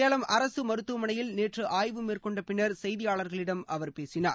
சேலம் அரசு மருத்துவமனையில் நேற்று ஆய்வு மேற்கொண்ட பின்னர் செய்தியாளர்களிடம் அவர் பேசினார்